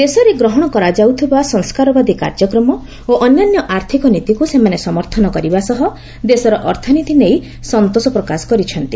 ଦେଶରେ ଗ୍ରହଣ କରାଯାଉଥିବା ସଂସ୍କାରବାଦୀ କାର୍ଯ୍ୟକ୍ରମ ଓ ଅନ୍ୟାନ୍ୟ ଆର୍ଥକ ନୀତିକୁ ସେମାନେ ସମର୍ଥନ କରିବା ସହ ଦେଶର ଅର୍ଥନୀତି ନେଇ ସନ୍ତୋଷପ୍ରକାଶ କରିଛନ୍ତି